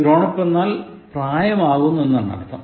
growing up എന്നാൽ പ്രായ മാകുന്നു എന്നാണ് അർത്ഥം